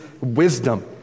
wisdom